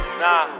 Nah